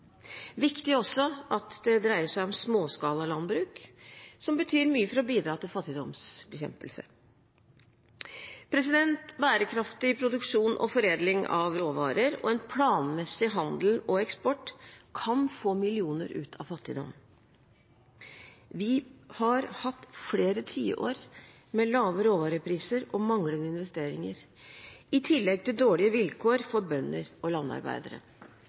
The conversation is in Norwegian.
Viktig er det også at det dreier seg om småskalalandbruk, som betyr mye for å bidra til fattigdomsbekjempelse. Bærekraftig produksjon og foredling av råvarer – og en planmessig handel og eksport – kan få millioner ut av fattigdom. Vi har hatt flere tiår med lave råvarepriser og manglende investeringer, i tillegg til dårlige vilkår for bønder og landarbeidere.